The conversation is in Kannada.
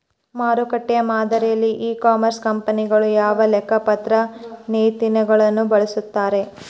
ಮಾರುಕಟ್ಟೆ ಮಾದರಿಯಲ್ಲಿ ಇ ಕಾಮರ್ಸ್ ಕಂಪನಿಗಳು ಯಾವ ಲೆಕ್ಕಪತ್ರ ನೇತಿಗಳನ್ನು ಬಳಸುತ್ತಾರೆ?